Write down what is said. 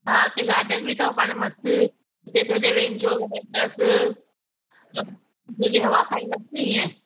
हा उते गार्डन बि तव पाण मस्त उते थोरी देर एंजाइ कंदासि कमु खुली हवा खाईंदासीं इएं